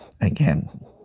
again